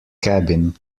cabin